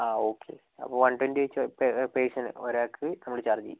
ആ ഓക്കേ അപ്പോൾ one twenty വെച്ച് പേ പേർസണ് ഒരാൾക്ക് നമ്മൾ ചാർജ് ചെയ്യും